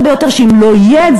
הרי אם זה לא יהיה,